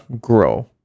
grow